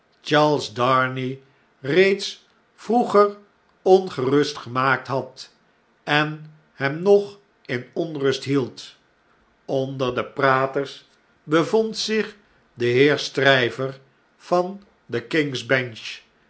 charles darnay reeds vroeger ongerust gemaakt had en hem nog in onrust meld onder de praters bevond zich de heer stryver van de king's bench